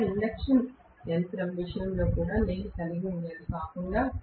ఒక ఇండక్షన్యంత్రం విషయంలో నేను కలిగి ఉన్నది కాకుండా